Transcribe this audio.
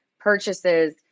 Purchases